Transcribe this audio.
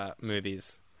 movies